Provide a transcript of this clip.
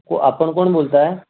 को आपण कोण बोलत आहे